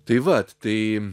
tai vat tai